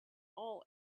all